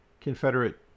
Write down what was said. Confederate